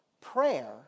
prayer